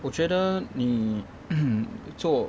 我觉得你 hmm 做